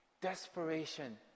Desperation